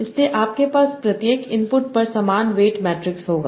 इसलिए आपके पास प्रत्येक इनपुट पर समान वेट मैट्रिक्स होगा